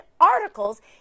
articles